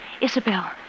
Isabel